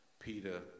Peter